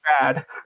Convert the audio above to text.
bad